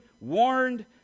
warned